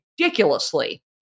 ridiculously